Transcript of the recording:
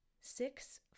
six